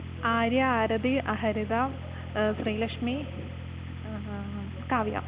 आर्यः आर्थी अहर्ता श्रीलक्ष्मी काव्या